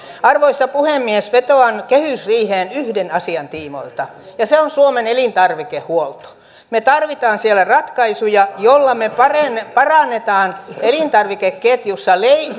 arvoisa puhemies vetoan kehysriiheen yhden asian tiimoilta ja se on suomen elintarvikehuolto me tarvitsemme siellä ratkaisuja joilla me parannamme elintarvikeketjussa